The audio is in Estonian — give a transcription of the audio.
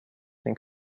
ning